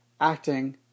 acting